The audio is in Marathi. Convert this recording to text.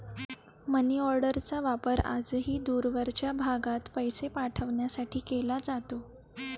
मनीऑर्डरचा वापर आजही दूरवरच्या भागात पैसे पाठवण्यासाठी केला जातो